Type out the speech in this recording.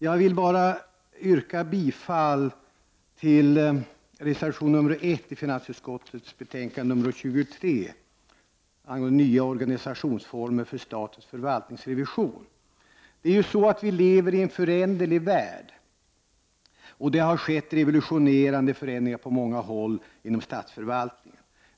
Jag vill bara yrka bifall till reservation nr 1 som är fogad till finansutskottets betänkande nr 23 angående nya organisationsformer för statens förvaltningsrevision. Vi lever i en föränderlig värld. Det har skett revolutionerande förändringar på många håll inom statsförvaltningen.